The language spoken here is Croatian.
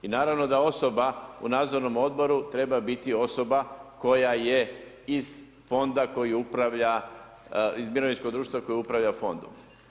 I naravno da osoba u nadzornom odboru treba biti osoba koja je iz fonda koji upravlja, iz mirovinskog društva koji upravlja fondom.